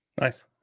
Nice